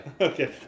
Okay